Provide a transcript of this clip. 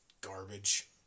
garbage